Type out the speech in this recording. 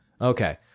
Okay